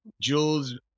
Jules